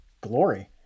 glory